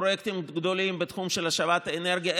לפרויקטים גדולים בתחום של השבת אנרגיה.